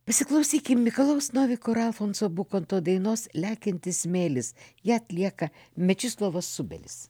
pasiklausykim mikalojaus noviko ralfonso bukanto dainos lekiantis smėlis ją atlieka mečislovas subelis